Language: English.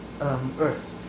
earth